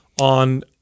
on